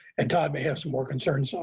and todd may have some more concerns. so